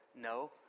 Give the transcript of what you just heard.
No